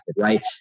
right